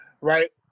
right